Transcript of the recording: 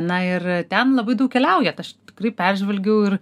na ir ten labai daug keliaujat aš tikrai peržvelgiau ir